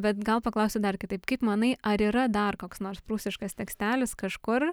bet gal paklausiu dar kitaip kaip manai ar yra dar koks nors prūsiškas tekstelis kažkur